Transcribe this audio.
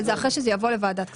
אבל זה אחרי שזה יבוא לוועדת כספים.